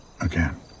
again